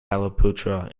pataliputra